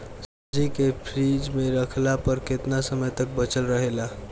सब्जी के फिज में रखला पर केतना समय तक बचल रहेला?